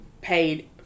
paid